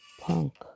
Punk